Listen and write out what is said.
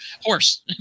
horse